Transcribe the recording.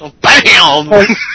Bam